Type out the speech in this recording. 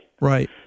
Right